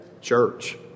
church